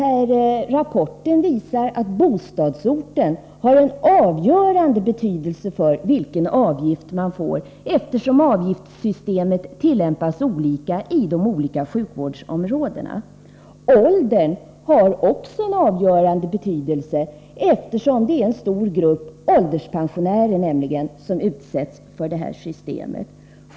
Rapporten visar att bostadsorten har en avgörande betydelse för vilken avgift man får, eftersom avgiftssystemet tillämpas olika Åldern har också en avgörande betydelse, eftersom en stor grupp, nämligen ålderspensionärerna, utsätts för detta system.